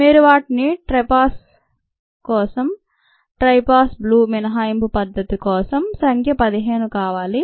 మీరు వాటిని ట్రైపాన్ కోసం ట్రైపాన్ బ్లూ మినహాయింపు పద్ధతి కోసం సంఖ్య పదిహేను కావాలి